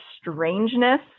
strangeness